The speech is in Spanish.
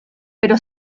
pero